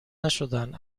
نشدن